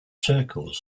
circles